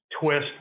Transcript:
twist